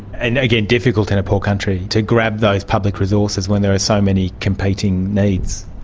and again, difficult in a poor country to grab those public resources when there are so many competing needs.